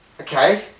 okay